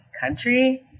Country